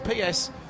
PS